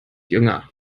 jünger